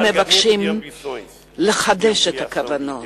הם מבקשים לחדש את הכוונות,